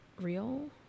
real